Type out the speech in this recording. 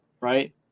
right